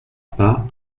pas